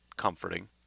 comforting